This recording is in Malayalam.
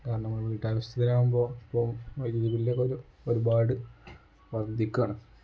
കാരണം നമ്മൾ വീട്ടാവശ്യത്തിനാകുമ്പോൾ ഇ വൈദ്യുതി ബിൽ ഒക്കെ ഒരു ഒരുപാട് വർധിക്കുകയാണ്